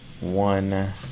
one